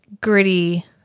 gritty